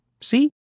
See